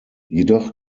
jedoch